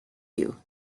you